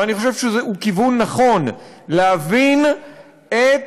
ואני חושב שהוא כיוון נכון: להבין את